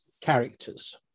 characters